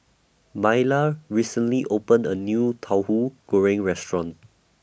Myla recently opened A New Tauhu Goreng Restaurant